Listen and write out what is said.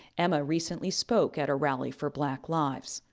emma recently spoke at a rally for black lives.